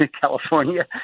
California